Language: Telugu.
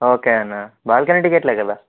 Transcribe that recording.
ఓకే అన్న బాల్కనీ టిక్కెట్లే కదా